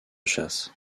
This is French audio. chasse